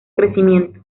crecimiento